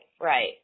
right